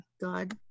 God